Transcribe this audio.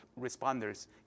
responders